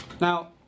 Now